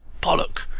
Pollock